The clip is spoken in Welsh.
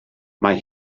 mae